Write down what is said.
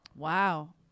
Wow